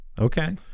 okay